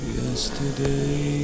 yesterday